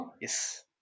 Yes